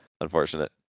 unfortunate